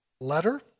letter